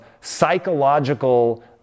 psychological